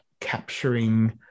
capturing